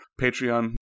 Patreon